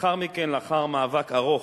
לאחר מכן, לאחר מאבק ארוך,